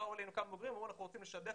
באו אלינו כמה בוגרים ואמרו שהם רוצים לשדך